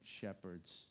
shepherds